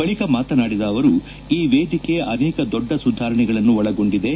ಬಳಿಕ ಮಾತನಾಡಿದ ಅವರು ಈ ವೇದಿಕೆ ಅನೇಕ ದೊಡ್ಡ ಸುಧಾರಣೆಗಳನ್ನು ಒಳಗೊಂಡಿದೆ